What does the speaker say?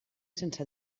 sense